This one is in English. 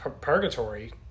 Purgatory